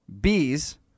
Bees